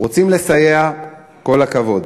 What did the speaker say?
רוצים לסייע, כל הכבוד,